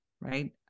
Right